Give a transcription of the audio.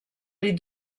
les